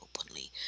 openly